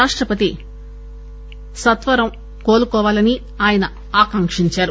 రాష్టపతి సత్వరం కోలుకోవాలని ఆయన ఆకాంక్షించారు